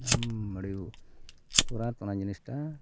ᱟᱢ ᱟᱹᱰᱤ ᱛᱩᱨᱟᱫ ᱚᱱᱟ ᱡᱤᱱᱤᱥᱴᱟ